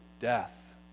death